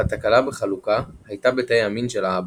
התקלה בחלוקה הייתה בתאי המין של האבא.